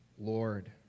Lord